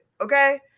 Okay